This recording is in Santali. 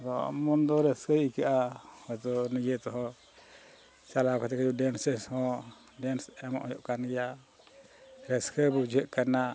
ᱟᱫᱚ ᱢᱚᱱ ᱫᱚ ᱨᱟᱹᱥᱠᱟᱹᱭ ᱜᱮ ᱸᱟᱹᱭᱠᱟᱹᱜᱼᱟ ᱦᱚᱭᱛᱳ ᱱᱤᱡᱮ ᱛᱮᱦᱚᱸ ᱪᱟᱞᱟᱣ ᱠᱟᱛᱮ ᱰᱮᱱᱥ ᱥᱮᱫ ᱦᱚᱸ ᱰᱮᱱᱥ ᱮᱢᱚᱜ ᱦᱩᱭᱩᱜ ᱠᱟᱱ ᱜᱮᱭᱟ ᱨᱟᱹᱥᱠᱟᱹ ᱵᱩᱡᱷᱟᱹᱜ ᱠᱟᱱᱟ